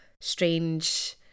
strange